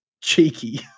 cheeky